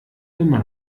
immer